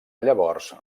llavors